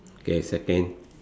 okay second